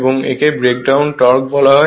এবং একে breakdown torque বলা হয়